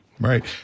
Right